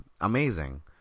amazing